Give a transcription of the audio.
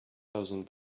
thousand